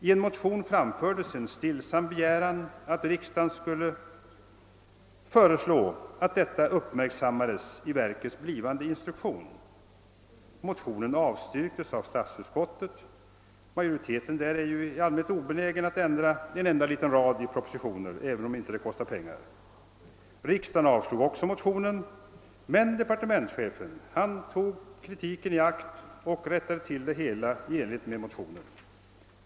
I en motion framfördes en stillsam begäran att riksdagen skulle föreslå att detta uppmärksammades i verkets blivande instruktion. Motionen avstyrktes av statsutskottet — majoriteten där är ju i allmänhet obenägen att ändra en enda rad i propositionen, även om det inte kostar några pengar. Riksdagen avslog också motionen. Men departementschefen tog kritiken i beaktande och rättade till det hela i enlighet med motionen.